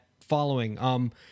following